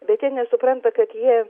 bet jie nesupranta kad jie